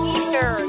Easter